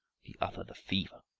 the other the fever.